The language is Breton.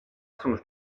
soñj